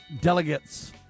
delegates